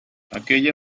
aquella